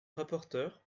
rapporteure